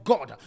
God